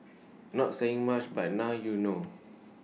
not saying much but now you know